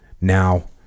now